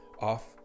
off